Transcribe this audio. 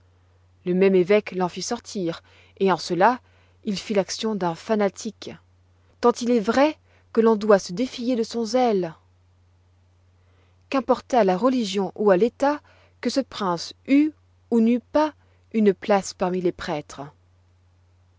le même évêque l'en fit sortir et en cela il fit l'action d'un fanatique et d'un fou tant il est vrai que l'on doit se défier de son zèle qu'importoit à la religion ou à l'état que ce prince eût ou n'eût pas une place parmi les prêtres